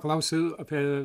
klausiu apie